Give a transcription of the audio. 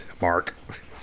Mark